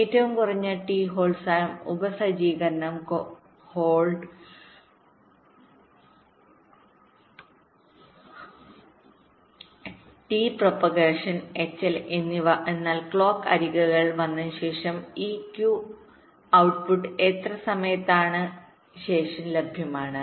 ഏറ്റവും കുറഞ്ഞ T hold സമയം ഉപ സജ്ജീകരണം ഹോൾഡ്t hold time the sub setup and hold and this t propagation hlഈ ടി പ്രചരണം എച്ച്എൽ എന്നാൽ ക്ലോക്ക് അരികുകൾ വന്നതിനുശേഷം ഈ ക്യൂ ഔട്ട്പുട് എത്ര സമയത്തിന് ശേഷം ലഭ്യമാണ്